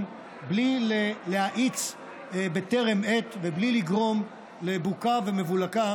בלי להאיץ בטרם עת ובלי לגרום לבוקה ומבולקה